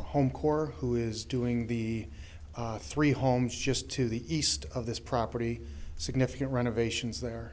home corps who is doing the three homes just to the east of this property significant renovations there